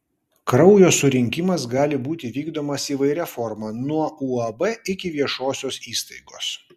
kraujo surinkimas gali būti vykdomas įvairia forma nuo uab iki viešosios įstaigos